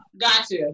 gotcha